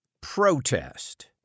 protest